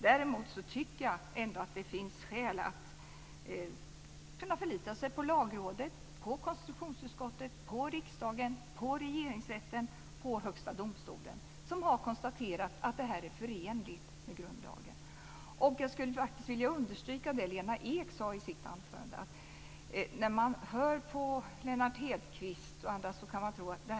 Däremot tycker jag att det finns skäl att kunna förlita sig på Lagrådet, på konstitutionsutskottet, på riksdagen, på Regeringsrätten, på Högsta domstolen, som har konstaterat att det här är förenligt med grundlagen. Jag skulle faktiskt vilja understryka det Lena Ek sade i sitt anförande.